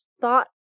thought